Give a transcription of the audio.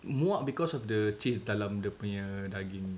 muak because of the cheese dalam dia punya daging